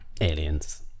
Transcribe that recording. Aliens